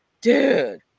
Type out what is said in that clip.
dude